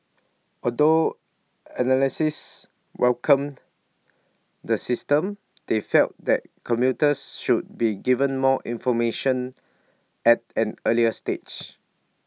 although analysts welcomed the system they felt that commuters should be given more information at an earlier stage